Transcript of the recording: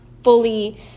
fully